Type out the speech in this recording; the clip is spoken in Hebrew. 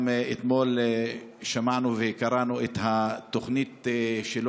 אתמול שמענו וקראנו את התוכנית שלו.